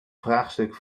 vraagstuk